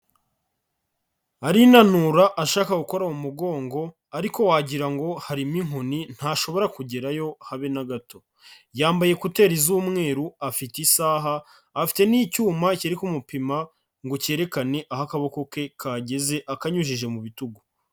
Arinanura ashaka gukora mu mugongo ariko wagira ngo harimo inkoni ntashobora kugerayo habe na gato! Yambaye kuteri z'umweru, afite isaha, afite n'icyuma kiri kumupima ngo cyerekane aho akaboko ke kageze akanyujije mu bitugu.